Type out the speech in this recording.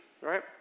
right